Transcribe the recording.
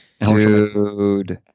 Dude